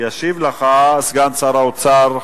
ישיב לך סגן שר האוצר,